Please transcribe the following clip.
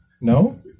no